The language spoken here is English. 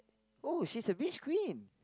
oh she's a beach queen